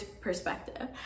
perspective